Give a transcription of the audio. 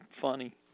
funny